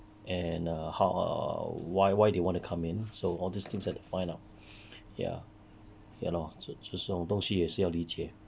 and err how why why they want to come in so all these things have to find out ya ya lor 这这种东西也是要理解